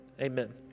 Amen